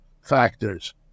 factors